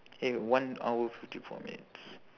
eh one hour fifty four minutes